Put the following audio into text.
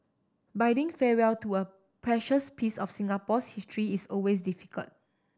bidding farewell to a precious piece of Singapore's history is always difficult